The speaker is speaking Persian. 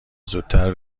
زودتر